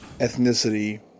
ethnicity